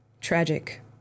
Tragic